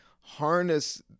harness